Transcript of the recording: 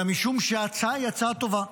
אלא משום שההצעה היא הצעה טובה.